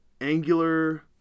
angular